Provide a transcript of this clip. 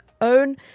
own